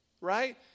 right